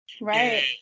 Right